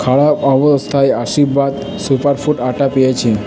খারাপ অবস্থায় Aashirvaad super food আটা পেয়েছি